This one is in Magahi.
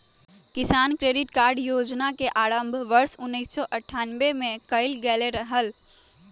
किसान क्रेडिट कार्ड योजना के आरंभ वर्ष उन्नीसौ अठ्ठान्नबे में कइल गैले हल